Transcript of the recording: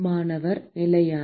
மாணவர் நிலையான